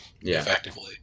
effectively